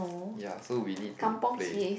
ya so we need to play